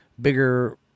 bigger